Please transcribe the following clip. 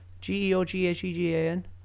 G-E-O-G-H-E-G-A-N